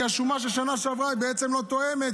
כי השומה של שנה שעברה בעצם לא תואמת,